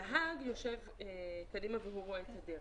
הנהג יושב קדימה והוא רואה את הדרך.